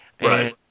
Right